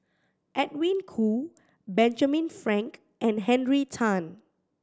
Edwin Koo Benjamin Frank and Henry Tan